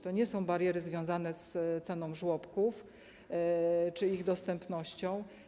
To nie są bariery związane z ceną żłobków czy ich dostępnością.